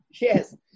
Yes